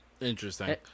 Interesting